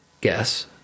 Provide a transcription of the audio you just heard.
guess